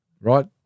right